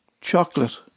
chocolate